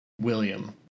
William